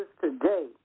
today